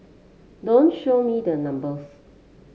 don't show me the numbers